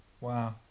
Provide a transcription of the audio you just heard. Wow